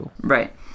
Right